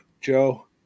Joe